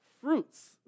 fruits